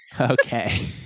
Okay